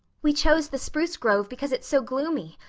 we chose the spruce grove because it's so gloomy.